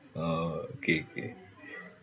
orh okay okay